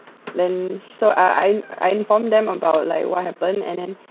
then so uh I I inform them about like what happened and then